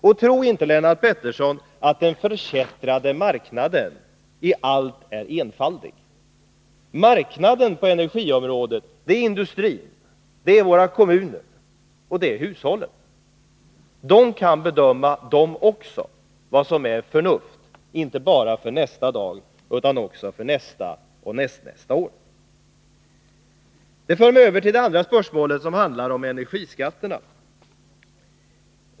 Och tro inte, Lennart Pettersson, att den förkättrade marknaden i allt är enfaldig! Marknaden på energiområdet är industrin, våra kommuner och hushållen. Också de kan bedöma vad som är förnuft, inte bara för nästa dag utan för nästa och nästnästa år. Detta för mig över till det andra spörsmålet, som handlar om energiskatterna.